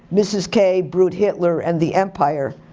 mrs. k, brute hitler, and the empire.